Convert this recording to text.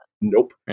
nope